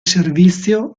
servizio